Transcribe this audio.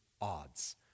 odds